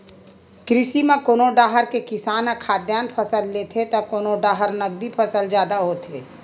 कृषि म कोनो डाहर के किसान ह खाद्यान फसल लेथे त कोनो डाहर नगदी फसल जादा होथे